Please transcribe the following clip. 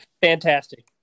Fantastic